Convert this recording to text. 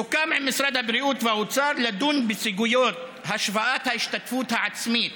סוכם עם משרד הבריאות והאוצר שנדון בסוגיות השוואת ההשתתפות העצמית